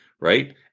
right